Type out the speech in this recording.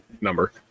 number